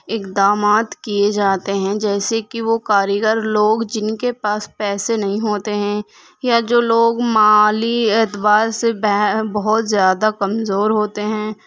اقدامات کیے جاتے ہیں جیسے کہ وہ کاریگر لوگ جن کے پاس پیسے نہیں ہوتے ہیں یا جو لوگ مالی اعتبار سے بہت زیادہ کمزور ہوتے ہیں